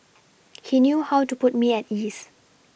he knew how to put me at ease